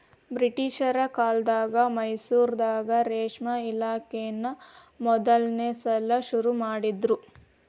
ಬ್ರಿಟಿಷರ ಕಾಲ್ದಗ ಮೈಸೂರಾಗ ರೇಷ್ಮೆ ಇಲಾಖೆನಾ ಮೊದಲ್ನೇ ಸಲಾ ಶುರು ಮಾಡಿದ್ರು